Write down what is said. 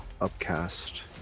upcast